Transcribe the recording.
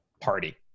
party